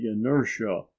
inertia